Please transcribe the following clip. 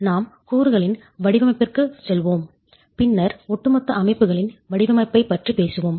நாம் கூறுகளின் வடிவமைப்பிற்குச் செல்வோம் பின்னர் ஒட்டுமொத்த அமைப்புகளின் வடிவமைப்பைப் பற்றி பேசுவோம்